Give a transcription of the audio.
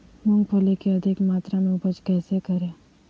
मूंगफली के अधिक मात्रा मे उपज कैसे करें?